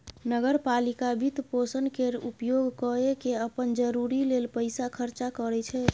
नगर पालिका वित्तपोषण केर उपयोग कय केँ अप्पन जरूरी लेल पैसा खर्चा करै छै